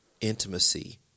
intimacy